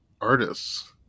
artists